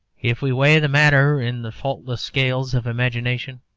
if we weigh the matter in the faultless scales of imagination,